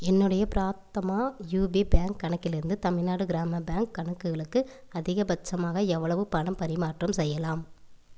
என்னுடைய Prathama UP bank கணக்கிலிருந்து Tamil Nadu Grama bank கணக்குகளுக்கு அதிகபட்சமாக எவ்வளவு பணப் பரிமாற்றம் செய்யலாம்